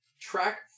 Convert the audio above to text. track